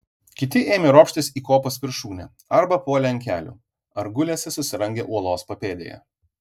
kiti ėmė ropštis į kopos viršūnę arba puolė ant kelių ar gulėsi susirangę uolos papėdėje